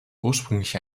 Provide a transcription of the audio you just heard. ursprünglich